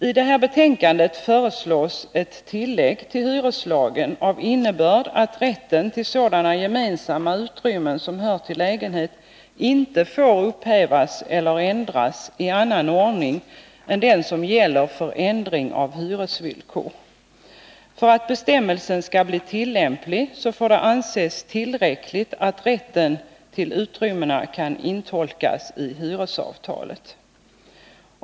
I betänkandet föreslås ett tillägg till hyreslagen av innebörd, att rätten till sådana gemensamma utrymmen som hör till lägenhet inte får upphävas eller ändras i annan ordning än den som gäller för ändring av hyresvillkor. För att bestämmelsen skall bli tillämplig får det anses tillräckligt att rätten till utrymmena kan intolkas i hyresavtalet.